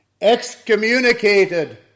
excommunicated